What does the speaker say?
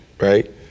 right